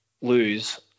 lose